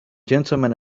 gentlemen